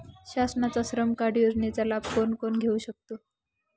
शासनाच्या श्रम कार्ड योजनेचा लाभ कोण कोण घेऊ शकतो?